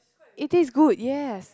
it is good yes